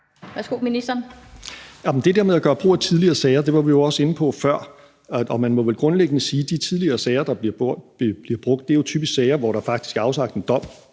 det der med at gøre brug af tidligere sager, og det var vi jo også inde på før, må man vel grundlæggende sige, at de tidligere sager, der bliver brugt, typisk er sager, hvor der faktisk er afsagt en dom,